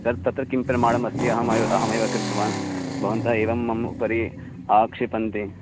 तत् तत्र किं प्रमाणमस्ति अहम् अय् अहमेव कृतवान् भवन्तः एव मम उपरि आक्षेपन्ति